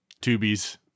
tubies